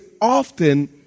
often